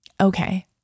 Okay